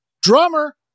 drummer